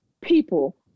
people